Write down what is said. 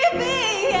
me